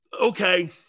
Okay